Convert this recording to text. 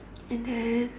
and then